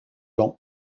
gand